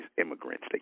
immigrants